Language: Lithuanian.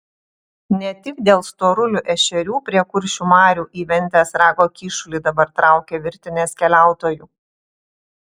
ne tik dėl storulių ešerių prie kuršių marių į ventės rago kyšulį dabar traukia virtinės keliautojų